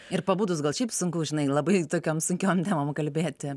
ir pabudus gal šiaip sunku žinai labai tokiom sunkiom temom kalbėti